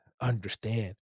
understand